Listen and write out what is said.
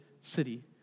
city